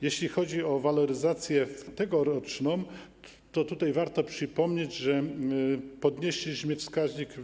Jeśli chodzi o waloryzację tegoroczną, to tutaj warto przypomnieć, że podnieśliśmy wskaźnik.